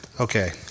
Okay